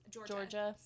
Georgia